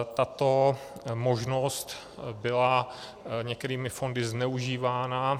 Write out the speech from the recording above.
Tato možnost byla některými fondy zneužívána.